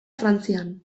frantzian